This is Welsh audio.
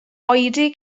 oedi